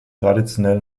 traditionell